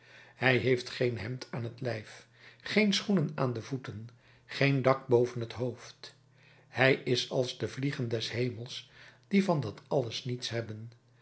hij heeft geen hemd aan t lijf geen schoenen aan de voeten geen dak boven het hoofd hij is als de vliegen des hemels die van dat alles niets hebben